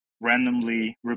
randomly